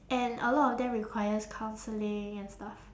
and a lot of them requires counselling and stuff